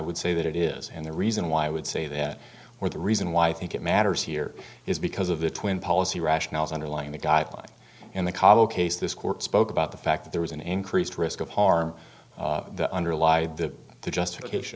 would say that it is and the reason why i would say that where the reason why i think it matters here is because of the twin policy rationales underlying the guidelines in the calo case this court spoke about the fact that there was an increased risk of harm to underlie the justification